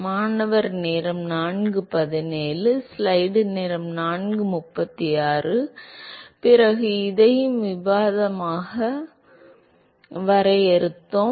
மாணவர் இது பிறகு இதையும் விகிதமாக வரையறுத்தோம்